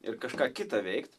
ir kažką kitą veikt